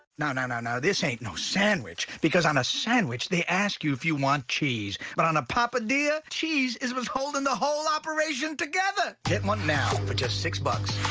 no, no, no, this ain't no sandwich. because on a sandwich, they ask you if you want cheese. but on a papadia, cheese is what's holding the whole operation together. get one now for just six bucks.